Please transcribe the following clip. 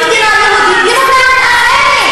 אז אין הצדקה.